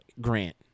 Grant